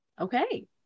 Okay